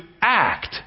act